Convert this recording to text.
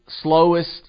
slowest